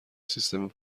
سیستم